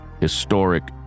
historic